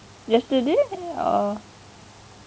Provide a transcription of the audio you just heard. yesterday or